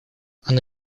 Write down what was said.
она